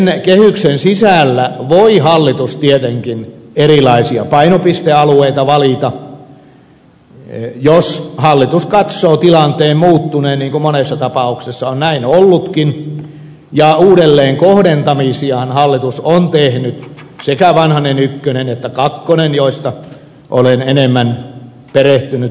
kehyksen sisällä voi hallitus tietenkin erilaisia painopistealueita valita jos hallitus katsoo tilanteen muuttuneen niin kuin monessa tapauksessa on ollutkin ja uudelleenkohdentamisiahan hallitus on tehnyt sekä vanhasen ykkönen että kakkonen joiden kausien budjettipolitiikkaan olen enemmän perehtynyt